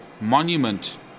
monument